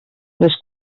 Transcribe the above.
les